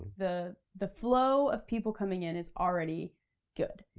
the the flow of people coming in is already good.